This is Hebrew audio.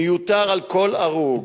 מיותר כל הרוג.